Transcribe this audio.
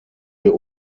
wir